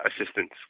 assistance